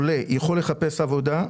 עולה יכול לחפש עבודה,